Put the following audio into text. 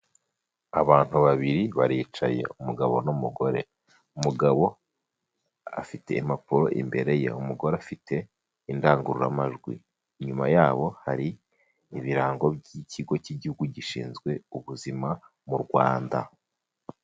Abantu babiri baricaye umugabo n'umugore, umugabo afite impapuro imbere ye, umugore afite indangururamajwi, inyuma yabo hari ibirango by'ikigo cy'Igihugu gishinzwe ubuzima mu Rwanda.